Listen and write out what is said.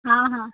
हां हां